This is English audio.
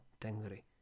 Tengri